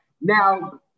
Now